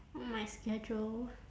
on my schedule